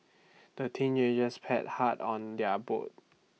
the teenagers pad hard on their boat